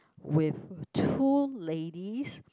with two ladies